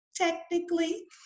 technically